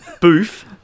Boof